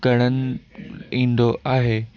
तड़न ईंदो आहे